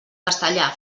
castellà